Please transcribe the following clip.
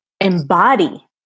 embody